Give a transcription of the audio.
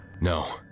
No